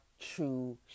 true